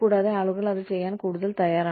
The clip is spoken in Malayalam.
കൂടാതെ ആളുകൾ അത് ചെയ്യാൻ കൂടുതൽ തയ്യാറാണ്